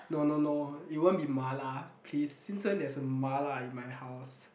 no no no it won't be mala please since when there's a mala in my house